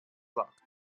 sagt